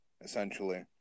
essentially